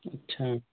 अच्छा